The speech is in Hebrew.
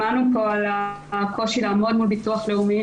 שמענו פה על הקושי לעמוד מול ביטוח לאומי